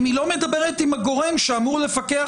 אם היא לא מדברת עם הגורם שאמור לפקח